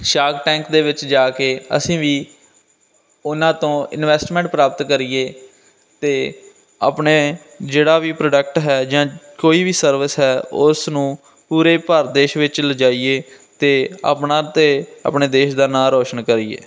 shark Tank ਦੇ ਵਿੱਚ ਜਾ ਕੇ ਅਸੀਂ ਵੀ ਉਹਨਾਂ ਤੋਂ ਇਨਵੈਸਟਮੈਂਟ ਪ੍ਰਾਪਤ ਕਰੀਏ ਅਤੇ ਆਪਣੇ ਜਿਹੜਾ ਵੀ ਪ੍ਰੋਡਕਟ ਹੈ ਜਾਂ ਕੋਈ ਵੀ ਸਰਵਿਸ ਹੈ ਉਸ ਨੂੰ ਪੂਰੇ ਭਾਰਤ ਦੇਸ਼ ਵਿੱਚ ਲਿਜਾਈਏ ਅਤੇ ਆਪਣਾ ਅਤੇ ਆਪਣੇ ਦੇਸ਼ ਦਾ ਨਾਂ ਰੋਸ਼ਨ ਕਰੀਏ